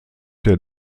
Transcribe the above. der